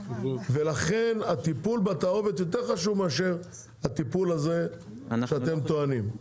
לכן הטיפול בתערובת יותר חשוב מאשר הטיפול הזה שאתם טוענים.